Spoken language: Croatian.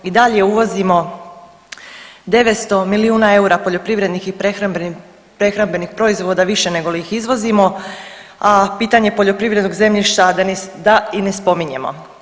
I dalje uvozimo 900 milijuna eura poljoprivrednih i prehrambenih proizvoda više nego li ih izvozimo, a pitanje poljoprivrednog zemljišta da i ne spominjemo.